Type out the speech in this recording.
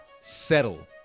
settle